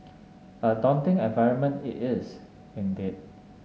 a daunting environment it is indeed